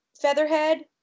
Featherhead